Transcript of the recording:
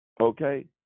okay